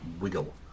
wiggle